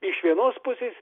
iš vienos pusės